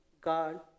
God